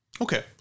Okay